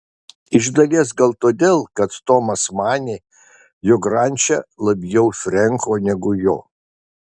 iš dalies gal todėl kad tomas manė jog ranča labiau frenko negu jo